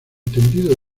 tendido